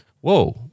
Whoa